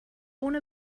ohne